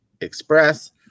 Express